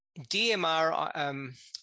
DMR